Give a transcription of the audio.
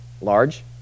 large